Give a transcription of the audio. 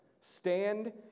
Stand